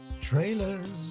trailers